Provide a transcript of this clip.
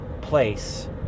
place